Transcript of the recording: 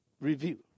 review